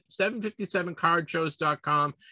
757cardshows.com